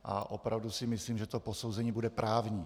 A opravdu si myslím, že to posouzení bude právní.